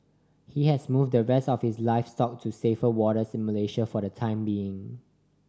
he has moved the rest of his livestock to safer waters in Malaysia for the time being